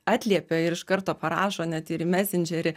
atliepia ir iš karto parašo net ir į mesindžerį